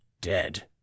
Dead